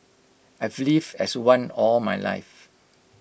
I've lived as one all my life